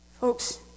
Folks